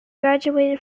graduated